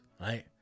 right